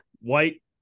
White